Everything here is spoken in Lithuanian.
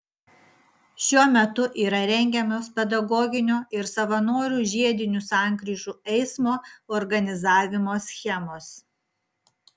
šiuo metu yra rengiamos pedagoginio ir savanorių žiedinių sankryžų eismo organizavimo schemos